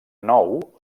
nou